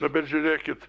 dabar žiūrėkit